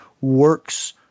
works